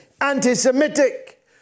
anti-Semitic